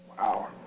Wow